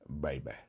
baby